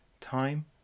time